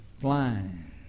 Flying